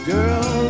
Girl